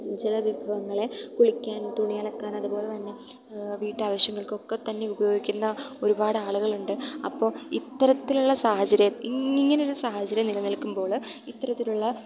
ജലം വിഭവങ്ങളെ കുളിക്കാൻ തുണി അലക്കാൻ അതുപോലെ തന്നെ വീട്ടാവശ്യങ്ങൾക്ക് ഒക്കെ തന്നെ ഉപയോഗിക്കുന്ന ഒരുപാട് ആളുകളുണ്ട് അപ്പോൾ ഇത്തരത്തിലുള്ള സാഹചര്യം ഇങ്ങനെയൊരു സാഹചര്യം നിലനിൽക്കുമ്പോൾ ഇത്തരത്തിലുള്ള